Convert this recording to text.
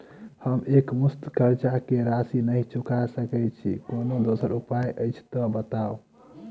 हम एकमुस्त कर्जा कऽ राशि नहि चुका सकय छी, कोनो दोसर उपाय अछि तऽ बताबु?